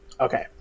Okay